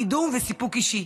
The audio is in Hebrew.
קידום וסיפוק אישי,